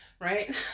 right